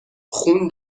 خون